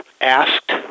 asked